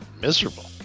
miserable